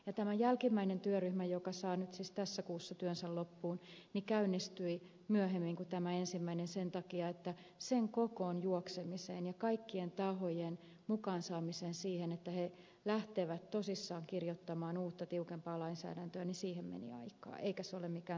ja tämä jälkimmäinen työryhmä joka saa nyt siis tässä kuussa työnsä loppuun käynnistyi myöhemmin kuin tämä ensimmäinen sen takia että sen kokoon juoksemiseen ja kaikkien tahojen mukaan saamiseen siihen että he lähtevät tosissaan kirjoittamaan uutta tiukempaa lainsäädäntöä meni aikaa eikä se ole mikään salaisuus